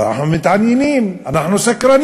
אבל אנחנו מתעניינים, אנחנו סקרנים.